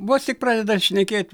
vos tik pradeda šnekėt